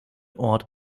ort